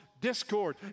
discord